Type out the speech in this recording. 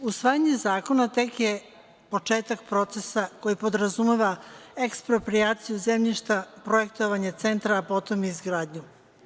Usvajanje zakona tek je početak procesa koji podrazumeva eksproprijaciju zemljišta, projektovanje centra, potom i izgradnju.